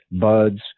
buds